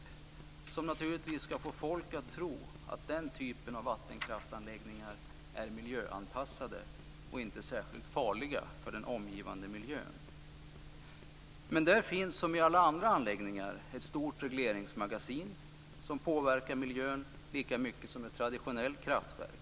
Det skall naturligtvis få folk att tro att den typen av vattenkraftsanläggningar är miljöanpassade och inte särskilt farliga för den omgivande miljön. Men där finns, som i alla andra anläggningar, ett stort regleringsmagasin som påverkar miljön lika mycket som ett traditionellt kraftverk.